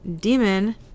demon